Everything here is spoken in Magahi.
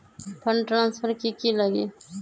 फंड ट्रांसफर कि की लगी?